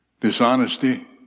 Dishonesty